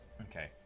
Okay